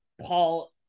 Paul